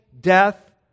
death